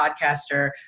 podcaster